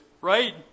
right